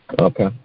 Okay